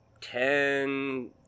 ten